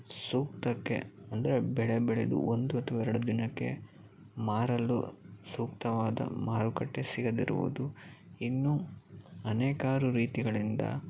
ಸೂಕ್ತಕ್ಕೆ ಅಂದರೆ ಬೆಳೆ ಬೆಳೆದು ಒಂದು ಅಥವಾ ಎರಡು ದಿನಕ್ಕೆ ಮಾರಲು ಸೂಕ್ತವಾದ ಮಾರುಕಟ್ಟೆ ಸಿಗದಿರುವುದು ಇನ್ನೂ ಅನೇಕಾರು ರೀತಿಗಳಿಂದ